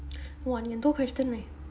!wah! 你很多 question leh